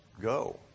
go